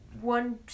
one